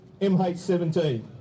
MH17